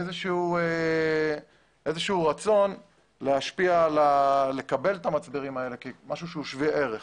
איזשהו רצון להשפיע ולקבל את המצברים האלה כמשהו שהוא שווה ערך.